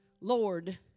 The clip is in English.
Lord